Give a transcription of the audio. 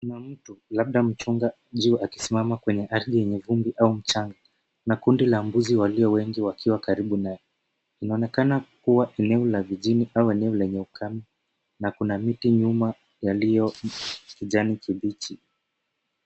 Kuna mtu labda mchungaji akisimama kwenye ardhi yenye vumbi au mchanga na kundi la mbuzi walio wengi wakiwa karibu naye. Inaonekana Kua eneo la vijini au eneo lenye ukame na kuna miti nyuma yaliyo kijani kibichi.